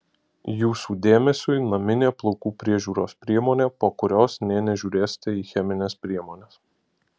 jūsų dėmesiui naminė plaukų priežiūros priemonė po kurios nė nežiūrėsite į chemines priemones